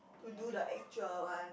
to do the actual one